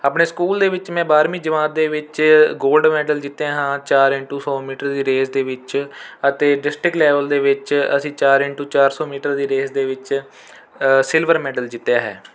ਆਪਣੇ ਸਕੂਲ ਦੇ ਵਿੱਚ ਮੈਂ ਬਾਰਵੀਂ ਜਮਾਤ ਦੇ ਵਿੱਚ ਗੋਲਡ ਮੈਂਡਲ ਜਿੱਤਿਆ ਹਾਂ ਚਾਰ ਇੰਨਟੂ ਸੌ ਮੀਟਰ ਦੀ ਰੇਸ ਦੇ ਵਿੱਚ ਅਤੇ ਡਿਸਟਿਕ ਲੈਵਲ ਦੇ ਵਿੱਚ ਅਸੀਂ ਚਾਰ ਇੰਨਟੂ ਚਾਰ ਸੌ ਮੀਟਰ ਦੀ ਰੇਂਸ ਦੇ ਵਿੱਚ ਸਿਲਵਰ ਮੈਂਡਲ ਜਿੱਤਿਆ ਹੈ